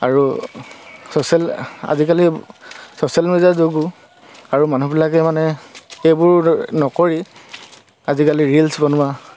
আৰু ছ'চিয়েল আজিকালি ছ'চিয়েল মিডিয়াৰ যুগো আৰু মানুহবিলাকে মানে এইবোৰ নকৰি আজিকালি ৰিলচ বনোৱা